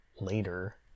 later